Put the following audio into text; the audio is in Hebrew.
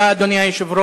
תודה, אדוני היושב-ראש.